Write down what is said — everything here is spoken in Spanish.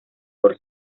por